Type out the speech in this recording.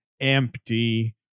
empty